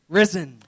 risen